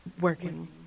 working